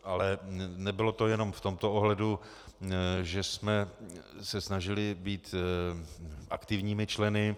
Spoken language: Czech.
Ale nebylo to jenom v tomto ohledu, že jsme se snažili být aktivními členy.